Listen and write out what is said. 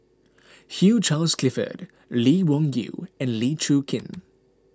Hugh Charles Clifford Lee Wung Yew and Lee Chin Koon